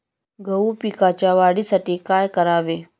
गहू पिकाच्या वाढीसाठी काय करावे?